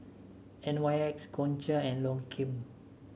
N Y X Gongcha and Lancome